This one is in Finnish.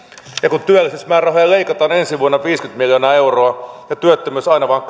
kun työllisyysmäärärahoja leikataan ensi vuonna viisikymmentä miljoonaa euroa ja työttömyys aina vain